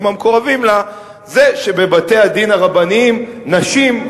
המקורבים לה היא שבבתי-הדין הרבניים נשים,